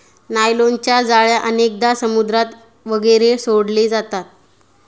नायलॉनच्या जाळ्या अनेकदा समुद्रात वगैरे सोडले जातात